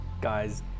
guys